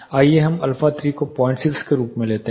आइए हम α3 को 06 के रूप में लेते हैं